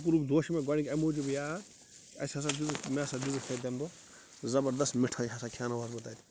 سکوٗلُک دۄہ چھُ مےٚ گۄڈنیُک اَمہِ موٗجوٗب یاد اَسہِ ہسا مےٚ ہسا دِژٕکھ تتہِ تَمہِ دۄہ زبردس مِٹھٲے ہسا کھیٛاونوہس بہٕ تتہِ